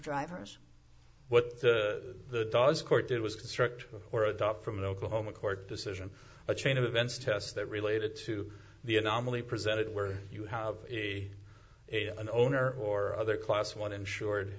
drivers what the court did was construct or adopt from an oklahoma court decision a chain of events tests that related to the anomaly presented where you have a an owner or other class one insured